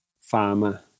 farmer